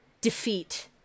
defeat